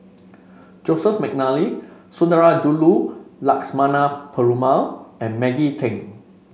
Joseph McNally Sundarajulu Lakshmana Perumal and Maggie Teng